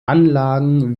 anlagen